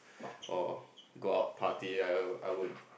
or go out party I I would